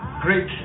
great